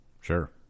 Sure